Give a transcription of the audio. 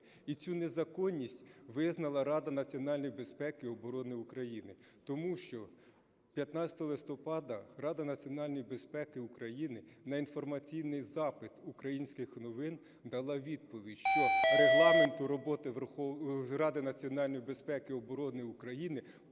І цю незаконність визнала Рада національної безпеки оборони України. Тому що 15 листопада Рада національної безпеки України на інформаційний запит "Українських Новин" дала відповідь, що регламенту роботи Ради національної безпеки і оборони України